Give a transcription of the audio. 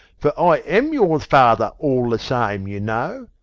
for i am your father all the same, you know.